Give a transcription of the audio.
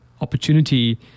opportunity